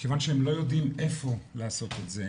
מכיוון שהם לא יודעים איפה לעשות את זה,